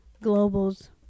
Global's